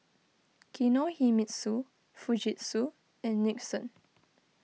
Kinohimitsu Fujitsu and Nixon